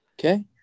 Okay